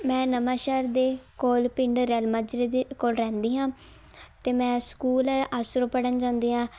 ਮੈਂ ਨਵਾਂਸ਼ਹਿਰ ਦੇ ਕੋਲ ਪਿੰਡ ਰੈਲ ਮਾਜਰੇ ਦੇ ਕੋਲ ਰਹਿੰਦੀ ਹਾਂ ਅਤੇ ਮੈਂ ਸਕੂਲ ਆਸਰੋਂ ਪੜ੍ਹਨ ਜਾਂਦੀ ਹਾਂ